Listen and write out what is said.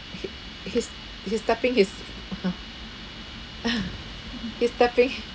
he he's he's tapping his (uh huh) he's tapping